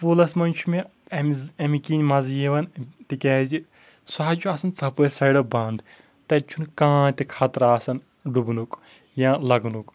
پوٗلس منٛز چھُ مےٚ امۍ امہِ کِنۍ مزٕ یِوان تِکیٛازِ سۄ حظ چھُ آسان ژۄپٲرۍ سایڈو بنٛد تتہِ چھُنہٕ کانٛہہ تہِ خطرٕ آسان ڈُبنُک یا لگنُک